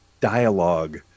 dialogue